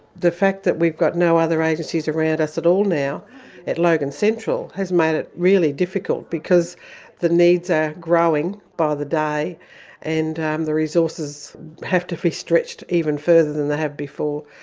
the fact that we've got no other agencies around us at all now at logan central has made it really difficult because the needs are growing by the day and um the resources have to be stretched even further than they have before.